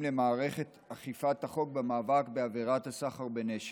לרשות מערכת אכיפת החוק במאבק בעבירת הסחר בנשק,